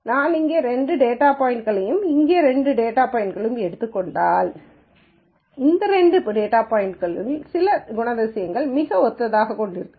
நான் இங்கே இரண்டு டேட்டா பாய்ன்ட்களையும் இங்கே இரண்டு டேட்டா பாய்ன்ட்களையும் எடுத்துக் கொண்டால் இந்த இரண்டு டேட்டா பாய்ன்ட்கள் சில குணாதிசயங்களைக் மிகவும் ஒத்ததாக கொண்டிருக்க வேண்டும்